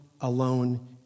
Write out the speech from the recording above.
alone